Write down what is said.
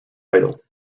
idle